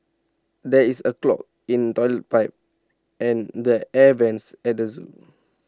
there is A clog in Toilet Pipe and the air Vents at the Zoo